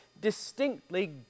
distinctly